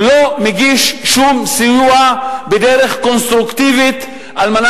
הוא לא מגיש שום סיוע בדרך קונסטרוקטיבית כדי